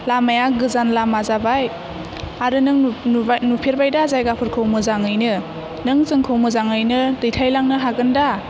लामाया गोजान लामा जाबाय आरो नों नुब नुबाय नुफेरबाय दा जायगाफोरखौ मोजाङैनो नों जोंखौ मोजाङैनो दैथायलांनो हागोन दा